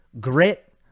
grit